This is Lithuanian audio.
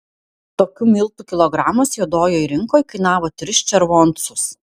tokių miltų kilogramas juodojoj rinkoj kainavo tris červoncus